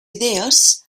idees